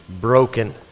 broken